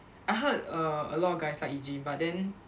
I heard a a lot of guys like Ee Jean but then